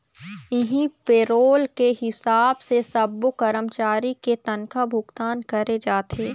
इहीं पेरोल के हिसाब से सब्बो करमचारी के तनखा भुगतान करे जाथे